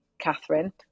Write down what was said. Catherine